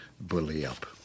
bully-up